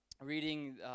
reading